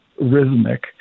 rhythmic